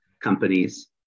companies